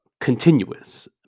continuous